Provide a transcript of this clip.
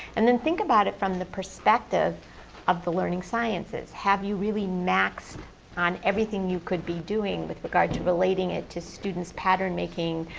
and then think about it from the perspective of the learning sciences. have you really maxed on everything you could be doing with regard to relating it to students' pattern-making,